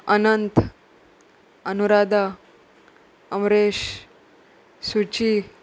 अनंत अनुराधा अमरेश सुची